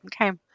okay